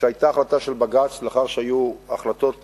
שהיתה החלטה של בג"ץ, לאחר שהיו החלטות שבהן,